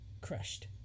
Crushed